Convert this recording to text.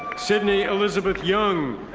sydney elizabeth young.